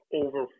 over